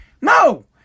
no